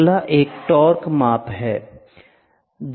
अगला एक टॉर्क माप है